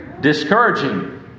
discouraging